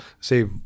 Say